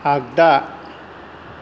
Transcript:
आग्दा